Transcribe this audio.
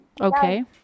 Okay